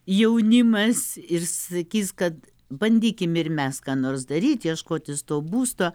jaunimas ir sakys kad bandykime ir mes ką nors daryti ieškotis to būsto